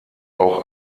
auch